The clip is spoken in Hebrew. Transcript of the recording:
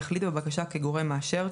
יחליט בבקשה כגורם מאשר,